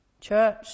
Church